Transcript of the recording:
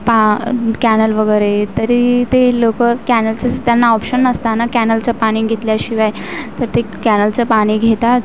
पा कॅनल वगैरे तरी ते लोकं कॅनल त्यांना ऑप्शन नसतो ना कॅनलचं पाणी घेतल्याशिवाय तर ते कॅनलचं पाणी घेतात